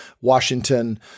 washington